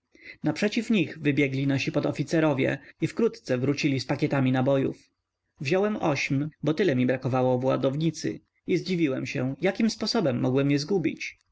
naprzeciw nich wybiegli nasi podoficerowie i wkrótce wrócili z pakietami nabojów wziąłem ośm bo tyle mi brakowało w ładownicy i zdziwiłem się jakim sposobem mogłem je zgubić